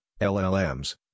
LLMs